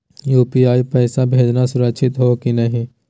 UPI स पैसवा भेजना सुरक्षित हो की नाहीं?